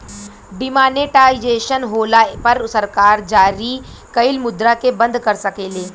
demonetisation होला पर सरकार जारी कइल मुद्रा के बंद कर सकेले